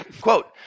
Quote